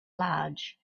large